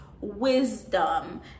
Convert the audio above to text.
wisdom